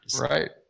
Right